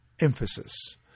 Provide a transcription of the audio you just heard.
emphasis